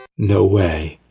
no way!